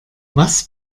was